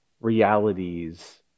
realities